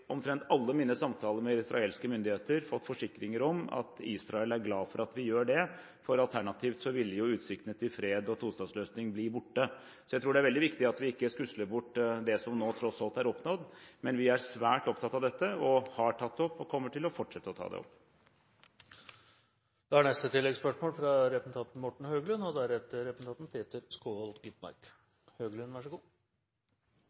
omtrent alle mine samtaler med israelske myndigheter fått forsikringer om at Israel er glad for at vi gjør det, for alternativt ville utsiktene til fred og en tostatsløsning bli borte. Så jeg tror det er veldig viktig at vi ikke skusler bort det som nå tross alt er oppnådd. Men vi er svært opptatt av dette. Vi har tatt det opp, og vi kommer fortsatt til å ta det opp. Morten Høglund – til oppfølgingsspørsmål. Det er vel og bra at man tar dette opp, og